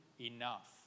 enough